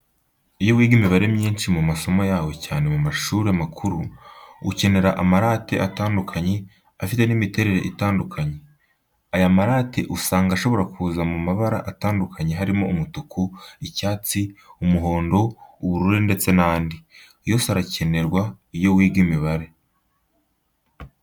Iyo wiga imibare myinshi mu masomo yawe cyane mu mashuri makuru, ukenera amarate atandukanye afite n'imiterere itandukanye, aya marate usanga ashobora kuza mu mabara atandukanye harimo umutuku, icyatsi, umuhondo, ubururu ndetse n'andi. Yose arakenerwa iyo wiga imibare.